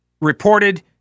reported